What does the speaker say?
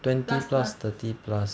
plus plus